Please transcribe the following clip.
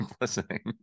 listening